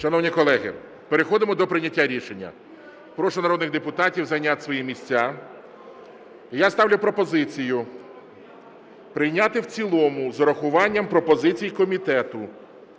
Шановні колеги, переходимо до прийняття рішення. Прошу народних депутатів зайняти свої місця. Я ставлю пропозицію прийняти в цілому з урахуванням пропозицій комітету